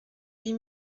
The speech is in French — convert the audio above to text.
huit